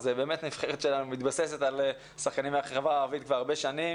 אז באמת הנבחרת שלנו מתבססת על שחקנים מהחברה הערבית כבר הרבה שנים